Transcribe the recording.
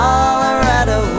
Colorado